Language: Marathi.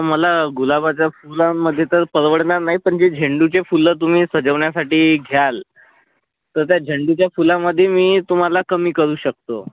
मला गुलाबाच्या फुलांमध्ये तर परवडणार नाही पण जे झेंडूचे फुलं तुम्ही सजवण्यासाठी घ्याल तर त्या झेंडूच्या फुलांमध्ये मी तुम्हाला कमी करू शकतो